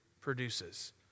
produces